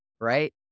right